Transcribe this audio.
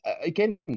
again